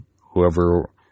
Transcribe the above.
whoever